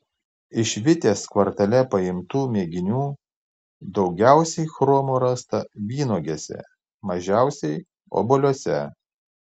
iš vitės kvartale paimtų mėginių daugiausiai chromo rasta vynuogėse mažiausiai obuoliuose